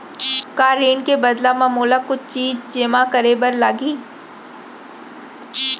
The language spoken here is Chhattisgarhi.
का ऋण के बदला म मोला कुछ चीज जेमा करे बर लागही?